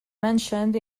mentioned